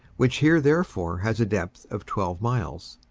which here therefore has a depth of twelve miles.